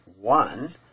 one